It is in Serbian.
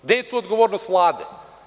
Gde je tu odgovornost Vlade?